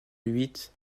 huit